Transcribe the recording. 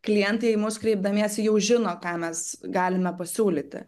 klientai į mus kreipdamiesi jau žino ką mes galime pasiūlyti